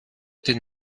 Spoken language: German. den